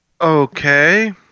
Okay